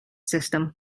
system